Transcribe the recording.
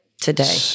today